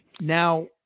now